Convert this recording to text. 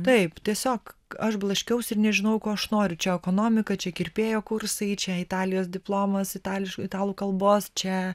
taip tiesiog aš blaškiausi ir nežinojau ko aš noriu čia ekonomika čia kirpėjo kursai čia italijos diplomas itališ italų kalbos čia